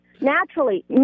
Naturally